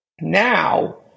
now